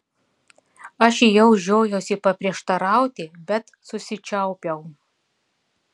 aš jau žiojausi paprieštarauti bet susičiaupiau